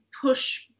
push